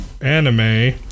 anime